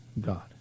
God